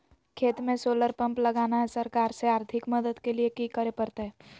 खेत में solar pump लगाना है, सरकार से आर्थिक मदद के लिए की करे परतय?